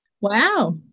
Wow